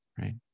right